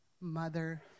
Mother